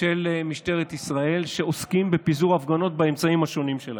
של משטרת ישראל שעוסקים בפיזור הפגנות באמצעים השונים.